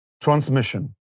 transmission